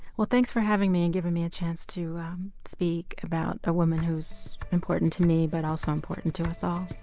well, thanks for having me and giving me a chance to speak about a woman who's important to me but also important to us all